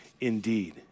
indeed